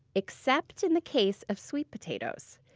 except in the case of sweet potatoes.